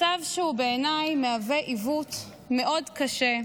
מצב שבעיניי מהווה עיוות מאוד קשה.